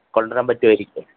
കൊണ്ടുവരാന് പറ്റുമായിരിക്കും